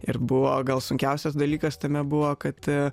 ir buvo gal sunkiausias dalykas tame buvo kad